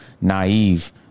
naive